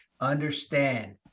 understand